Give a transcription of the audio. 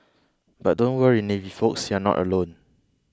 but don't worry navy folks you're not alone